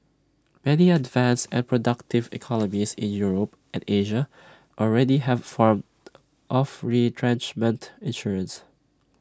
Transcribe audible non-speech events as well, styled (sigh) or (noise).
many (noise) advanced and productive (noise) economies in Europe and Asia already have forms (noise) of retrenchment insurance